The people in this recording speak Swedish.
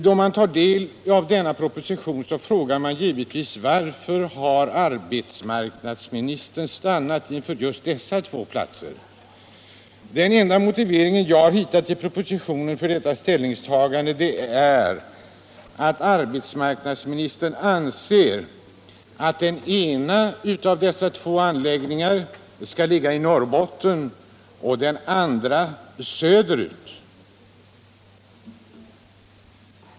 Då man tar del av propositionen undrar man givetvis varför arbetsmarknadsministern stannat inför just dessa två platser. Den enda motivering som jag har kunnat hitta i propositionen är att arbetsmarknadsministern anser att den ena av dessa två anläggningar skall ligga i Norrbotten och den andra längre söderut.